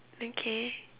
okay